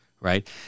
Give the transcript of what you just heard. Right